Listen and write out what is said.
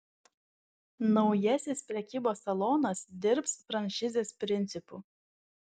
naujasis prekybos salonas dirbs franšizės principu